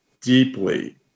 deeply